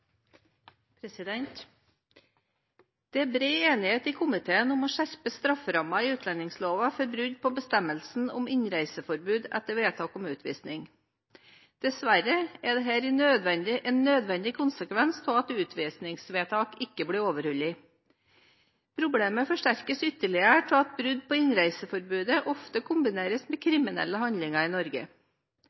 bred enighet i kommunal- og forvaltningskomiteen om å skjerpe strafferammen i utlendingsloven for brudd på bestemmelsen om innreiseforbud etter vedtak om utvisning. Dessverre er dette en nødvendig konsekvens av at utvisningsvedtak ikke blir overholdt. Problemet forsterkes ytterligere av at brudd på innreiseforbudet ofte kombineres med kriminelle handlinger i Norge.